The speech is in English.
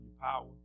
power